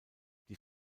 die